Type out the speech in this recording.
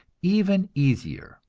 even easier.